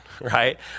right